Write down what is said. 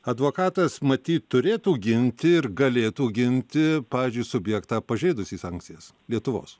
advokatas matyt turėtų ginti ir galėtų ginti pavyzdžiui subjektą pažeidusį sankcijas lietuvos